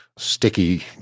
sticky